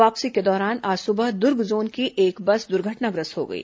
वापसी के दौरान आज सुबह दुर्ग जोन की एक बस दुर्घटनाग्रस्त हो गई